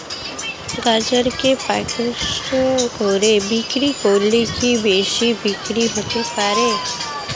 গাজরকে প্যাকেটিং করে বিক্রি করলে কি বেশি বিক্রি হতে পারে?